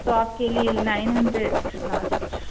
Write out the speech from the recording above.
تو آپ کے لیے نائن ہنڈریڈ لاسٹ